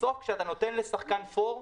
בסוף כשאתה נותן לשחקן "פור"